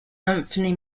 anthony